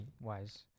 wise